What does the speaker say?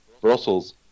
brussels